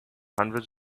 hundreds